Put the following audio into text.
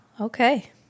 Okay